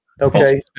okay